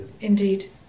Indeed